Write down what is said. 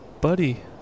buddy